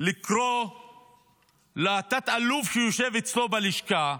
לקרוא לתת-אלוף שיושב אצלו בלשכה,